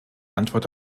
antwort